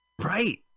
Right